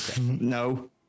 No